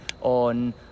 on